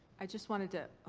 i just wanted to.